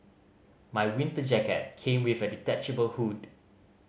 my winter jacket came with a detachable hood